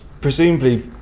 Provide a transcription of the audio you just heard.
presumably